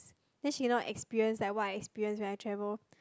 then she not experience like what I experience when I travel